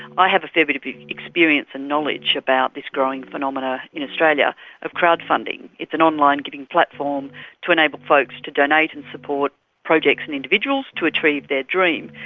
i have a fair bit of experience and knowledge about this growing phenomenon in australia of crowd funding. it's an online giving platform to enable folks to donate and support projects and individuals to achieve their dream.